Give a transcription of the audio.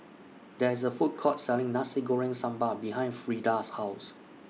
There IS A Food Court Selling Nasi Goreng Sambal behind Frieda's House